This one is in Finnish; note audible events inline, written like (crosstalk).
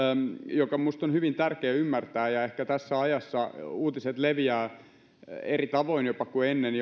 joka minusta on hyvin tärkeä ymmärtää ehkä tässä ajassa uutiset leviävät eri tavoin jopa kuin ennen (unintelligible)